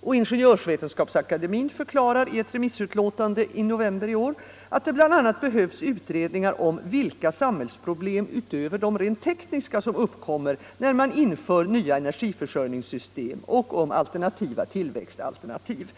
och Ingenjörsvetenskapsakademien förklarar i ett remissutlåtande i november i år att det bl.a. behövs utredningar om vilka samhällsproblem, utöver de rent tekniska, som uppkommer när man inför nya energiförsörjningssystem, och om olika tillväxtalternativ.